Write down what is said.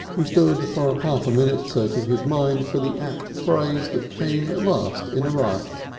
he stood for ah half a minute searching his mind for the apt phrase that came at last in a rush.